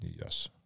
Yes